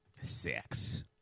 sex